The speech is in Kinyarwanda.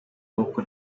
nuko